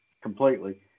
completely